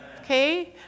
Okay